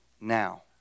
now